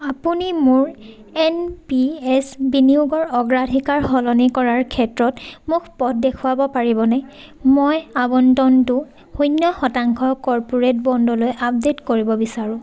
আপুনি মোক মোৰ এন পি এছ বিনিয়োগৰ অগ্ৰাধিকাৰ সলনি কৰাৰ ক্ষেত্ৰত মোক পথ দেখুৱাব পাৰিবনে মই আবন্টনটো শূন্য শতাংশ কৰপ'ৰেট বন্দলৈ আপডেট কৰিব বিচাৰোঁ